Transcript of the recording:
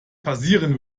passieren